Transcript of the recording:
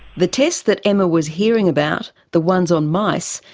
the test that emma was hearing about, the ones on mice,